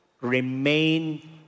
remain